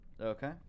Okay